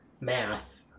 math